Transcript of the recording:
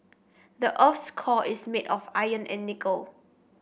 the earth's core is made of iron and nickel